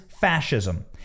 fascism